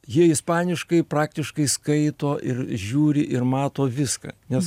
jie ispaniškai praktiškai skaito ir žiūri ir mato viską nes